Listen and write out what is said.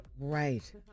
right